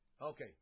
Okay